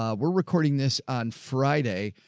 ah we're recording this on friday.